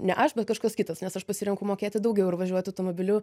ne aš bet kažkas kitas nes aš pasirenku mokėti daugiau ir važiuoti automobiliu